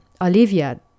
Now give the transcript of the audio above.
Olivia